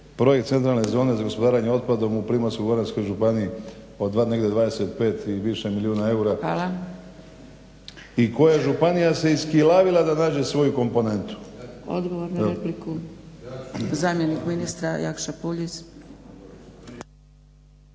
projekt centralne zone za gospodarenje otpadom u Primorsko-goranskoj županiji od 2 i 25 više milijuna eura i koja županija se iskilavila da nađe svoju komponentu. **Zgrebec, Dragica (SDP)** Odgovor na repliku, zamjenik ministra Jakša Puljiz.